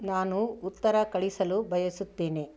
ನಾನು ಉತ್ತರ ಕಳಿಸಲು ಬಯಸುತ್ತೇನೆ